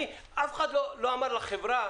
אף אחד לא אמר לחברה